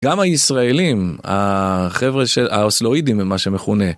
גם הישראלים, החבר'ה של האוסלואידים הם מה שמכונה.